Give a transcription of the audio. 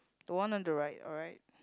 the one on the right alright